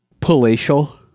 Palatial